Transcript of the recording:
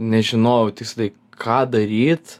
nežinojau tiksliai ką daryt